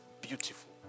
beautiful